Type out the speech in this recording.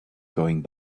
going